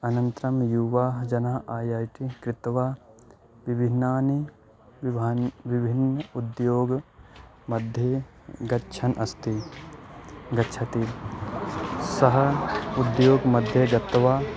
अनन्तरं युवानः जनाः ऐ ऐ टि कृत्वा विभिन्नानि विभिन्नानि विभिन्नानि उद्योगस्य मध्ये गच्छन् अस्ति गच्छति सः उद्योगस्य मध्ये गत्वा